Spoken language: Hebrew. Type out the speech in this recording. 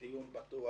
היה דיון פתוח,